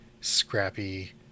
scrappy